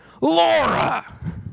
Laura